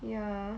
ya